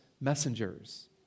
messengers